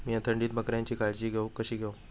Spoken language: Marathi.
मीया थंडीत बकऱ्यांची काळजी कशी घेव?